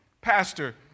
pastor